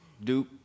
Duke